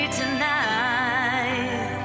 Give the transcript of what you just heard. tonight